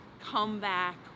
comeback